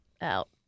out